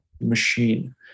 machine